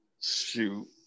shoot